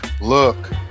Look